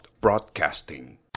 Broadcasting